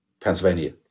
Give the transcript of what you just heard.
Pennsylvania